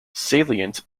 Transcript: salient